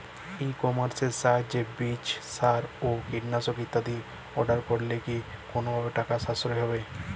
ই কমার্সের সাহায্যে বীজ সার ও কীটনাশক ইত্যাদি অর্ডার করলে কি কোনোভাবে টাকার সাশ্রয় হবে?